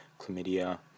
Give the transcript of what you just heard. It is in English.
chlamydia